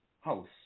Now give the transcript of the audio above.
house